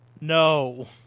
No